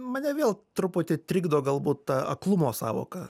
mane vėl truputį trikdo galbūt ta aklumo sąvoka